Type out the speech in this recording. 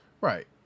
Right